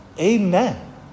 Amen